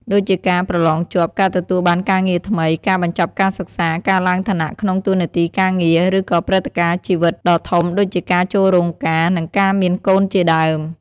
ដូចជាការប្រឡងជាប់ ការទទួលបានការងារថ្មី ការបញ្ចប់ការសិក្សា ការឡើងឋានៈក្នុងតួនាទីការងារ ឬក៏ព្រឹត្តិការណ៍ជីវិតដ៏ធំដូចជាការចូលរោងការ និងការមានកូនជាដើម។